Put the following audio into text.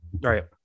Right